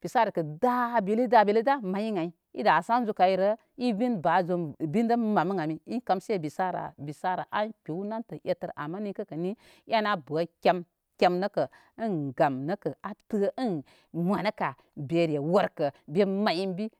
Bisarə kə dabili dabici da may ən ay idə sanzə kayrə. Ba zum bində may ən ani in kamse bisara an kpew nəmtə eftər ninkə ni en a bə kem kem nəkə ən gam nettə ən wanə ka bere wərkə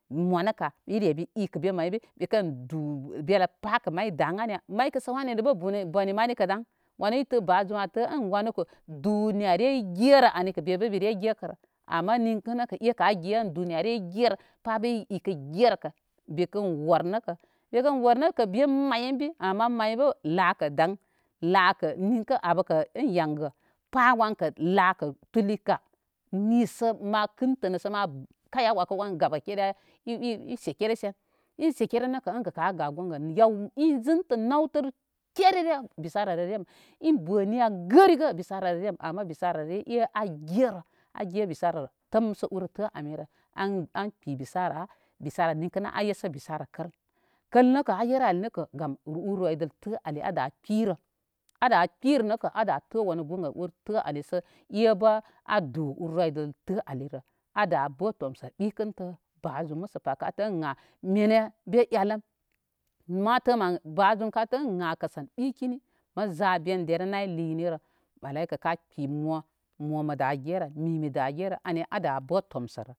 mo nə ka iren ikə ben may in bi be kən du belə pa kə may daŋ aniya. May kə səw ani bə boni məni kə daŋ wanə itə ba zum antə wanə kə duniya re igere ani kə mi bə mi re gekərə ama ninkə nə kə ekə age an duniyarə kə gere pa bə ikə gere bekən wər nə kə. Mi kən wər nəkə ben may in bi, a mən may bə lakə daŋ, lakə ninkə abə in yaŋgəl. Pa wankə la kə tullika nisə ma kəntənə sə ma kaya yəkə ən gabaki daya isekeresen in sekure nə kə in kə a gə gonga, yaw in zintə naw kerere bisara rə re aw in bə niya gərigə bisararəre am ama bisararəre am ama e a gerə wan bisararəre an təmsə ur tə amirə an kpi bisará, bisararə ninkə a yesə bisara kəl, kəl nə kə a yer ar nə kə ur roydəl tə ali ada kpərə. Ada kpərə nəkə ada tə wanu gongə ur tə ali ləsəe bə a du ur roydəl tə alilə ada bə tomsə ɓikəntə ba zum mə səpa kə a tə əna be eləm matəmən bazum ka tə ən kəsən ɓikini məza min derə nay lini rə in mo mo məda gere mi mida gere da bə tom sərə